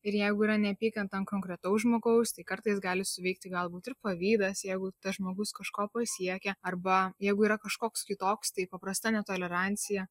ir jeigu yra neapykanta ant konkretaus žmogaus tai kartais gali suveikti galbūt ir pavydas jeigu tas žmogus kažko pasiekia arba jeigu yra kažkoks kitoks tai paprasta netolerancija